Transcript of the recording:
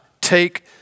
take